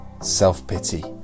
Self-pity